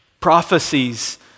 prophecies